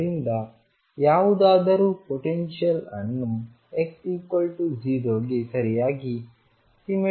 ಆದ್ದರಿಂದಯಾವುದಾದರೂ potential ಅನ್ನು x0 ಗೆ ಸರಿಯಾಗಿ ಸಿಮ್ಮೆಟ್ರಿಕ್ ಮಾಡಬೇಕು